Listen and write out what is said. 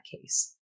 case